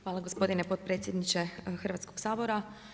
Hvala gospodine potpredsjedniče Hrvatskoga sabora.